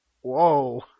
whoa